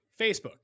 Facebook